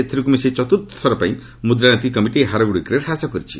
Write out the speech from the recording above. ଏଥରକୁ ମିଶାଇ ଚତୁର୍ଥଥର ପାଇଁ ମୁଦ୍ରାନୀତି କମିଟି ଏହି ହାରଗୁଡ଼ିକରେ ହ୍ରାସ କରିଛି